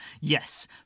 Yes